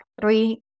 three